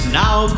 now